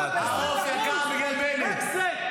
עלה ב-20%.